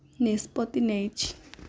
ନିଷ୍ପତ୍ତି ନେଇଛି